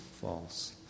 false